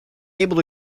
able